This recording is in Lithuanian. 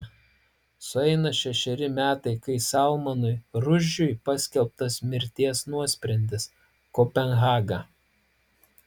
sueina šešeri metai kai salmanui rušdžiui paskelbtas mirties nuosprendis kopenhaga